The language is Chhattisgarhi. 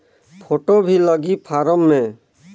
फ़ोटो भी लगी फारम मे?